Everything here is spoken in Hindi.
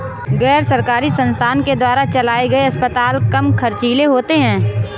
गैर सरकारी संस्थान के द्वारा चलाये गए अस्पताल कम ख़र्चीले होते हैं